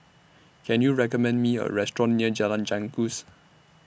Can YOU recommend Me A Restaurant near Jalan Janggus